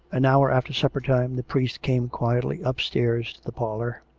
an hour after supper-time the priest came quietly up stairs to the parlour.